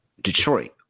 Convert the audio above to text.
Detroit